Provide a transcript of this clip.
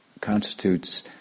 constitutes